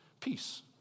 peace